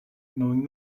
knowing